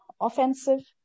offensive